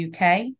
UK